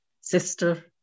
sister